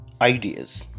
ideas